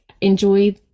enjoy